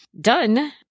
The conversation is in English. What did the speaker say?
done